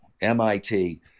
MIT